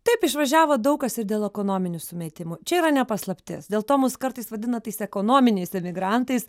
taip išvažiavo daug kas ir dėl ekonominių sumetimų čia yra ne paslaptis dėl to mus kartais vadina tais ekonominiais emigrantais